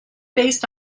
based